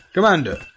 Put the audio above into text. Commander